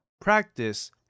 practice